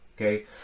okay